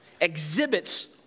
exhibits